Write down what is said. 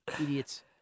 idiots